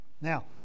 now